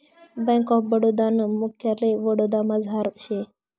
bank of Baroda नं मुख्यालय वडोदरामझार शे